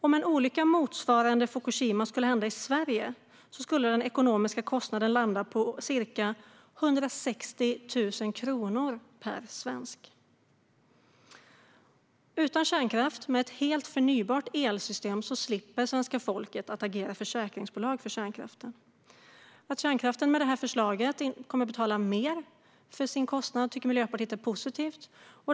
Om en olycka motsvarande den i Fukushima skulle inträffa i Sverige skulle den ekonomiska kostnaden landa på ca 160 000 kronor per svensk. Utan kärnkraft och med ett helt förnybart elsystem slipper svenska folket agera försäkringsbolag för kärnkraften. Att kärnkraften med detta förslag kommer att stå för mer av kostnaden tycker Miljöpartiet är positivt.